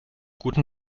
guten